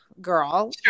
girl